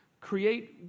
create